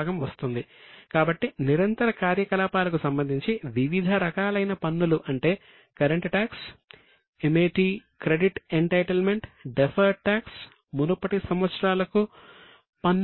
అంటారు